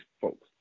folks